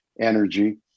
energy